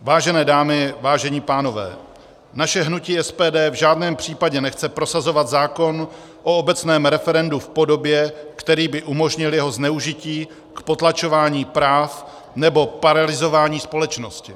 Vážené dámy, vážení pánové, naše hnutí SPD v žádném případě nechce prosazovat zákon o obecném referendu v podobě, která by umožnila jeho zneužití k potlačování práv nebo paralyzování společnosti.